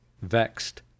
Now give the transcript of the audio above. vexed